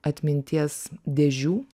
atminties dėžių